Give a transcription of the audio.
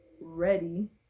ready